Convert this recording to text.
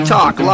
Talk